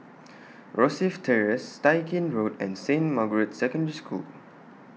Rosyth Terrace Tai Gin Road and Saint Margaret's Secondary School